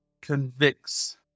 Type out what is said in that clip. convicts